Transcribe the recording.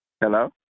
Hello